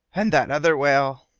and that other whale!